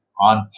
on